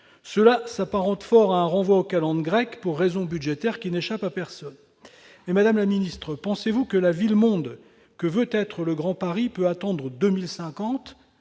Cela s'apparente fort à un renvoi aux calendes grecques pour des raisons budgétaires qui n'échappent à personne. Madame la ministre, pensez-vous que la ville-monde que veut être le Grand Paris peut attendre 2050-